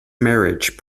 marriage